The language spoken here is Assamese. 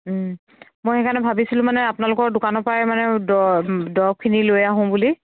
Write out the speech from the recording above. মই সেইকাৰণে ভাবিছিলোঁ মানে আপোনালোকৰ দোকানৰ পৰাই মানে দ দৰৱখিনি লৈ আহোঁ বুলি